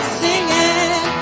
singing